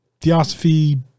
theosophy